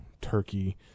turkey